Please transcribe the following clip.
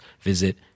visit